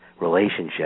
relationship